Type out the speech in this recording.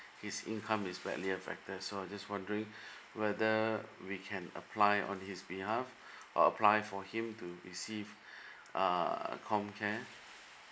his income is badly affected so I just wondering whether we can apply on his behalf or apply for him to receive uh comcare